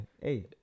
Hey